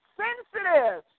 sensitive